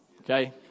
okay